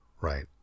right